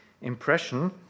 impression